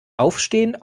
aufstehen